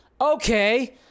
Okay